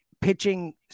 pitching